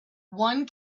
one